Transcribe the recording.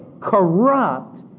corrupt